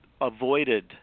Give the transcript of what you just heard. avoided